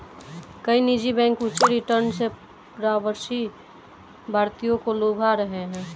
कई निजी बैंक ऊंचे रिटर्न से प्रवासी भारतीयों को लुभा रहे हैं